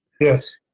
Yes